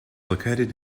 located